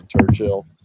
Churchill